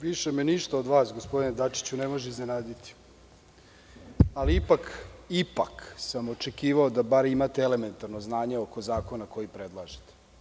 Više me ništa od vas gospodine Dačiću ne može iznenaditi, ali ipak, ipak sam očekivao da imate elementarno znanje oko zakona koji predlažete.